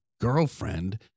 girlfriend